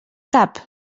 cap